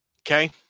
Okay